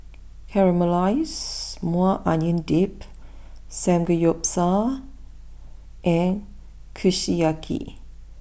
Caramelized Maui Onion Dip Samgeyopsal and Kushiyaki